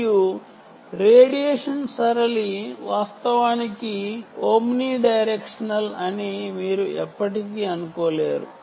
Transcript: మరియు రేడియేషన్ సరళి వాస్తవానికి ఓమ్ని డైరెక్షనల్ అని మీరు ఎప్పటికీ అనుకోలేరు